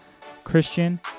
Christian